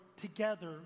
together